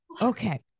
Okay